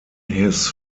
his